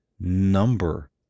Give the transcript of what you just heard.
number